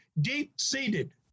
deep-seated